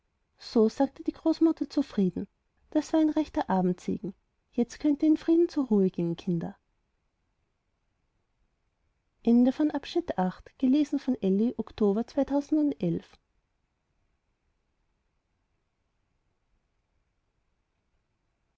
so sagte die großmutter zufrieden das war ein rechter abendsegen jetzt könnt ihr in frieden zur ruhe gehen kinder